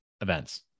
events